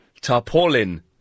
Tarpaulin